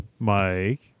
Mike